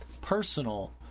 personal